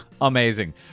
Amazing